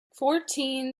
fourteen